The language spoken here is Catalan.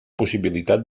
possibilitat